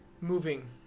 moving